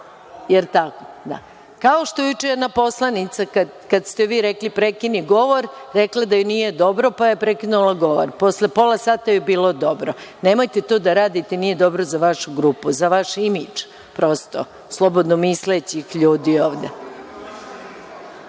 je tako? Da, kao što je juče jedna poslanica kad ste vi rekli - prekini govor, rekla da joj nije dobro, pa je prekinula govor, posle pola sata joj je bilo dobro. Nemojte to da radite, nije dobro za vašu grupu, za vaš imidž, prosto, slobodno mislećih ljudi ovde. Molim